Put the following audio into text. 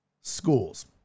schools